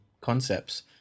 concepts